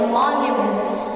monuments